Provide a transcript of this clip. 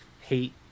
Hate